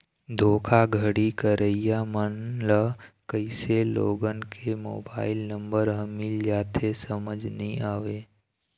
धोखाघड़ी करइया मन ल कइसे लोगन के मोबाईल नंबर ह मिल जाथे समझ नइ आवय